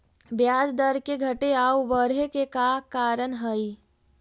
ब्याज दर के घटे आउ बढ़े के का कारण हई?